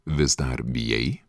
vis dar bijai